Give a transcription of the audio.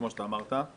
כמו שאמרת.